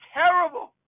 terrible